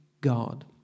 God